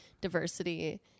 diversity